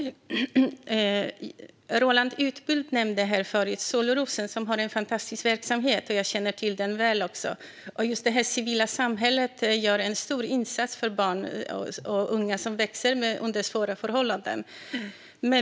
Fru talman! Roland Utbult nämnde Solrosen, som har en fantastisk verksamhet. Jag känner också till den väl. Det civila samhället gör en stor insats för barn och unga som växer upp under svåra förhållanden.